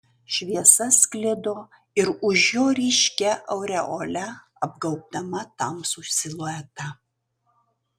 šviesa sklido ir už jo ryškia aureole apgaubdama tamsų siluetą